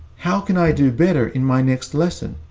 how can i do better in my next lesson?